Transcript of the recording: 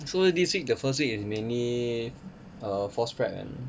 so this week the first week is mainly err course prep and